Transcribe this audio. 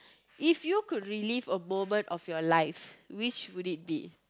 if you could relive a moment of your life which would it be